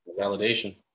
Validation